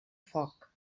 foc